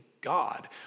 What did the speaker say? God